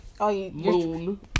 Moon